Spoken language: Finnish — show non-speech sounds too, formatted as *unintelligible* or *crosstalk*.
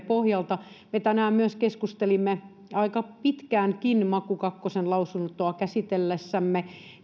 *unintelligible* pohjalta me myös tänään keskustelimme aika pitkäänkin maku kakkosen lausuntoa käsitellessämme